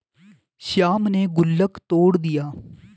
श्याम ने गुल्लक तोड़ दिया